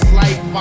life